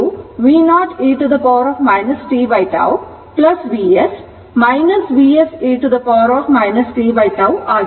ಇದು v0 e t tτ Vs Vs e t tτ ಆಗಿದೆ